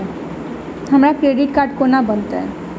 हमरा credit card कोना बनतै?